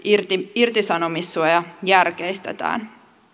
irtisanomissuoja järkeistetään